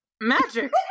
magic